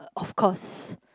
of course